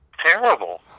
terrible